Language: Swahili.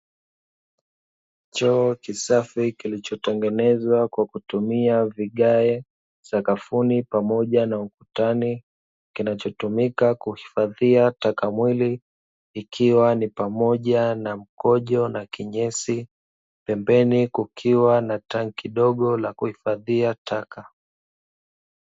Choo kisafi kilichotengenezwa kwa kutumia vigae sakafuni pamoja na ukutani. Kinachotumika kuhifadhia takamwili ikiwa ni pamoja na mkojo na kinyesi. Pembeni kukiwa na tanki dogo lakuhifadhia taka.